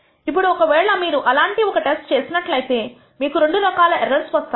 ఎప్పుడు ఒకవేళ మీరు అలాంటి ఒక టెస్ట్ చేసినట్లయితే మీకు రెండు రకాల ఎర్రర్స్ వస్తాయి